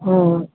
हा